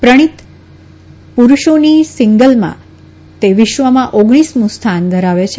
પ્રણીત પુરૂષોની સીંગલમાં તે વિશ્વમાં ઓગણીસમું સ્થાન ધરાવે છે